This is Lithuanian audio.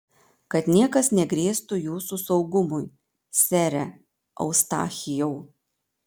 kad niekas negrėstų jūsų saugumui sere eustachijau